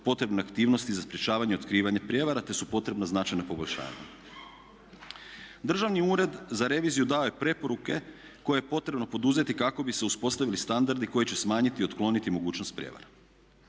potrebne aktivnosti za sprječavanje otkrivanja prijevara, te su potrebna značajna poboljšanja. Državni ured za reviziju dao je preporuke koje je potrebno poduzeti kako bi se uspostavili standardi koji će smanjiti i otkloniti mogućnost prijevara.